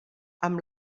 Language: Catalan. amb